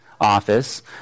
office